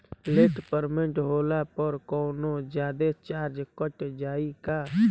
Late payment होला पर कौनोजादे चार्ज कट जायी का?